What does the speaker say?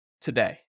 today